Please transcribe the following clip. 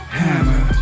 hammer